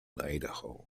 idaho